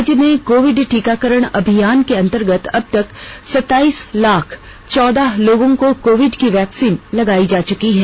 राज्य में कोविड टीकाकरण अभियान के अंतर्गत अब तक सताईस लाख चौदह लोगों को कोविड की वैक्सीन लगाई जा चूकी है